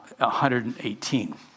118